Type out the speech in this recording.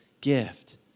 gift